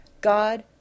God